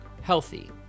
healthy